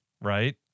right